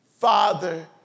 Father